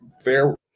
fair